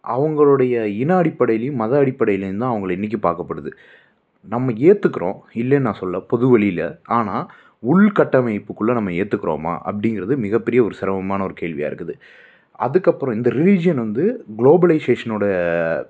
அவங்களுடைய இன அடிப்படையிலியும் மத அடிப்படைலேயுந்தான் அவங்கள இன்றைக்கும் பார்க்கப்படுது நம்ம ஏத்துக்கிறோம் இல்லைன்னு நான் சொல்லலை பொது வழியில் ஆனால் உள் கட்டமைப்புக்குள்ள நம்ம ஏத்துக்கிறோமா அப்படிங்கிறது மிகப்பெரிய ஒரு சிரமமான ஒரு கேள்வியாக் இருக்குது அதுக்கப்புறோம் இந்த ரிலீஜியன் வந்து குளோபலைஷேஷனோட